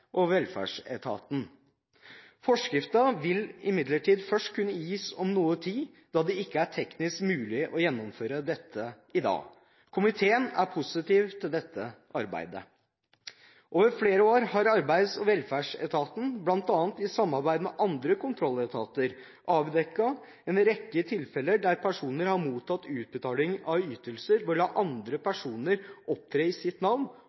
Forskriften vil imidlertid først kunne gis om noen tid, da det ikke er teknisk mulig å gjennomføre dette i dag. Komiteen er positiv til dette arbeidet. Over flere år har arbeids- og velferdsetaten, bl.a. i samarbeid med andre kontrolletater, avdekket en rekke tilfeller der personer har mottatt utbetaling av ytelser ved å la andre personer opptre i sitt navn